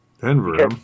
Denver